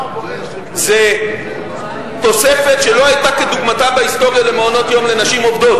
זה תוספת שלא היתה כדוגמתה בהיסטוריה למעונות-יום לנשים עובדות,